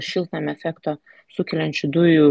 šiltnamio efekto sukeliančių dujų